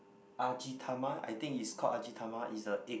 Ajitama I think it's called Ajitama it's the egg